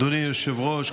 אדוני היושב-ראש,